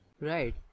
Right